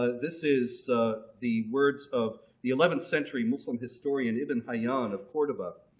ah this is the words of the eleventh century muslim historian ibn hayyan of cordoba.